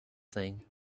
thing